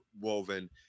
woven